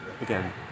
again